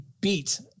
beat